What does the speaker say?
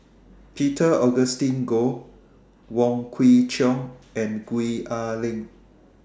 Peter Augustine Goh Wong Kwei Cheong and Gwee Ah Leng